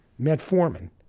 metformin